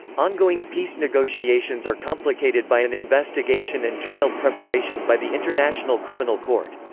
ongoing peace negotiations are complicated by an investigation and trial preparation by the international criminal court.